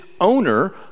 owner